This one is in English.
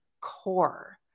core